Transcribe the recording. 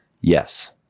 yes